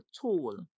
tool